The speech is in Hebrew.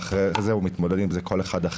ואחרי כן כל אחד מתמודד עם זה אחרת.